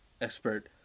expert